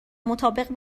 مطابق